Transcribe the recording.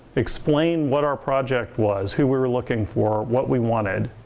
explain what our project was, who we were looking for, what we wanted.